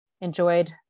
enjoyed